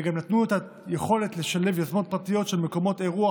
וגם נתנו את היכולת לשלב יוזמות פרטיות של מקומות אירוח,